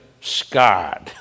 scarred